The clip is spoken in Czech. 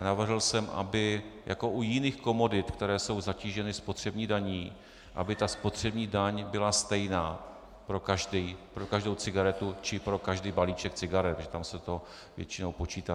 Navrhl jsem, aby jako u jiných komodit, které jsou zatíženy spotřební daní, spotřební daň byla stejná pro každou cigaretu či pro každý balíček cigaret, tam se to většinou počítá.